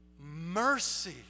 mercy